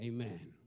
Amen